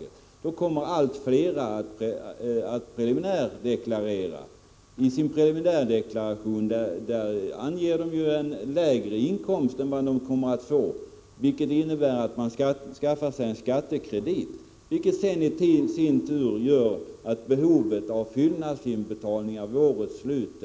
högt kommer allt fler att preliminärt deklarera. I sin preliminärdeklaration anger de ju en lägre inkomst än den de kommer att få, vilket innebär att man skaffar sig en skattekredit, vilket i sin tur innebär att behovet av fyllnadsinbetalningar ökar vid årets slut.